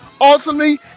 ultimately